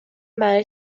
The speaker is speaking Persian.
برای